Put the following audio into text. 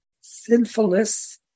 Sinfulness